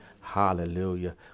Hallelujah